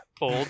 old